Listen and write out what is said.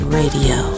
radio